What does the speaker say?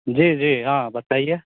जी जी हाँ बताइए